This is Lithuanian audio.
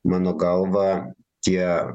mano galva tie